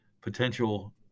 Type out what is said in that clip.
potential